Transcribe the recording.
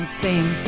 sing